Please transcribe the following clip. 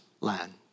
land